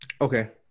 Okay